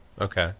Okay